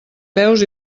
peus